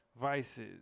vices